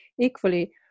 equally